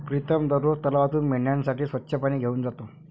प्रीतम दररोज तलावातून मेंढ्यांसाठी स्वच्छ पाणी घेऊन जातो